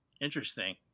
Interesting